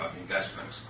investments